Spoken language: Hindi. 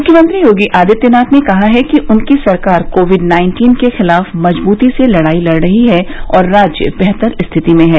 मुख्यमंत्री योगी आदित्यनाथ ने कहा है कि उनकी सरकार कोविड नाइन्टीन के खिलाफ मजबूती से लडाई लड रही है और राज्य बेहतर स्थिति में है